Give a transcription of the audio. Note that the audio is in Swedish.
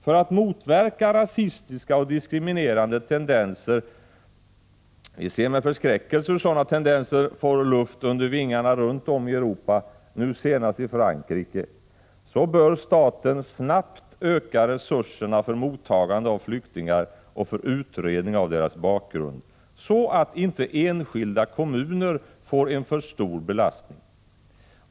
För att motverka rasistiska och diskriminerande tendenser — vi ser med förskräckelse hur sådana tendenser får luft under vingarna runt om i Europa, nu senast i Frankrike — bör staten snabbt öka resurserna för mottagande av flyktingar och för utredning av deras bakgrund, så att inte enskilda kommuner får en för stor belastning.